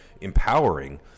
empowering